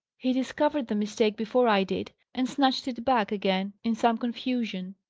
he discovered the mistake before i did, and snatched it back again in some confusion.